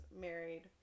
married